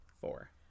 four